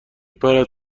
پرد